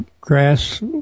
grass